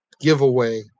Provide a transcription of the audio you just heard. giveaway